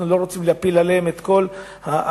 אנחנו לא רוצים להפיל עליהם את כל הנטל